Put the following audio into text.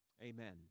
amen